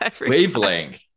wavelength